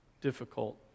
difficult